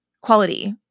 quality